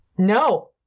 No